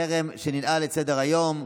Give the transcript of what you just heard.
טרם ננעל את סדר-היום,